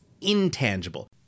intangible